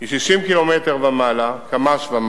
היא 60 קמ"ש ומעלה.